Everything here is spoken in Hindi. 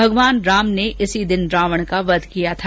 भगवान राम ने इसी दिन रावण का वध किया था